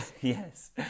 Yes